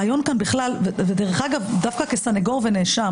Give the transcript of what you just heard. דרך אגב, דווקא כסנגור ונאשם